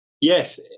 Yes